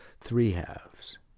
three-halves